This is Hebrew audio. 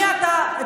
במי אתה תומך,